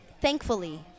thankfully